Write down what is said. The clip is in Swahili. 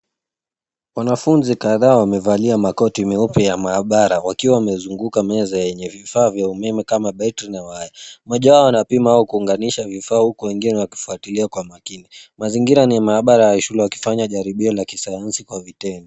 Wanafunzi kadhaa wamevalia makoti meupe ya maabara wakiwa wamezunguka meza yenye vifaa vya umeme kama [cs ] betri [cs ] na waya. Mmoja wao anapima kwa kuunganisha vifaa huku wengine waki wafuatilia kwa makini. Mazingira ni maabara ya shule wakifanya jaribio la kisayansi kwa vitendo.